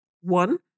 One